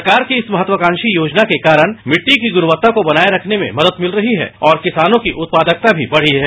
सरकार की इस महत्वाकांक्षी योजना के कारण मिट्टी की गुणवत्ता को बनाये रखने में मदद मिल रही है और किसानों की उत्पादकता भी बढ़ी है